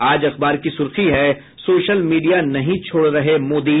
आज अखबार की सुर्खी है सोशल मीडिया नहीं छोड़ रहे मोदी